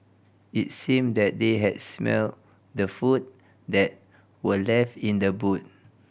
it seemed that they had smelt the food that were left in the boot